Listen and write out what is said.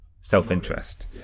self-interest